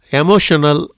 emotional